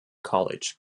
college